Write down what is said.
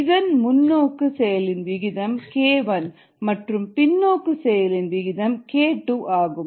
இதன் முன்னோக்கு செயலின் விகிதம் k1 மற்றும் பின்னோக்கு செயலின் விகிதம் k2 ஆகும்